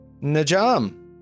Najam